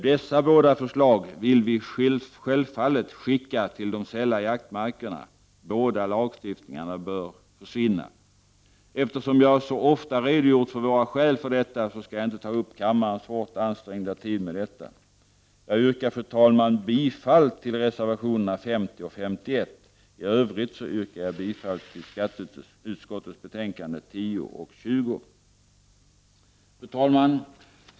Båda dessa förslag vill vi självfallet skicka till de sälla jaktmarkerna — båda förslagen bör försvinna. Eftersom jag så ofta redogjort för våra skäl för denna uppfattning, skall jag nu inte uppta kammarens hårt ansträngda tid med den saken. Fru talman! Jag yrkar bifall till reservationerna nr 50 och 51. I övrigt yrkar jag bifall till skatteutskottets hemställan i betänkandena nr 10 och 20. Fru talman!